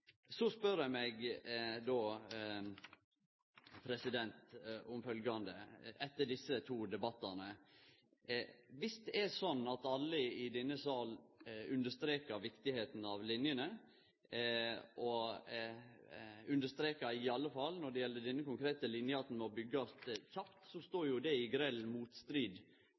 Så spør eg meg om følgjande etter desse to debattane. Viss det er sånn at alle i denne salen understrekar viktigheita av linjene, og understrekar, i alle fall når det gjeld denne konkrete linja, at ho må byggjast kjapt, står jo det i grell motstrid